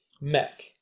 mech